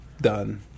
Done